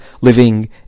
living